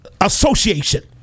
association